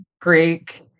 Greek